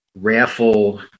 raffle